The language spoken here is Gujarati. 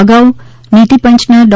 અગાઉ નીતિ પંચના ડૉ